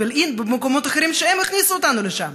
בבילעין ובמקומות אחרים שהם הכניסו אותנו לשם.